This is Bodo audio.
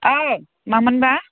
औ मामोनबा